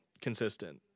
consistent